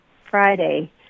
Friday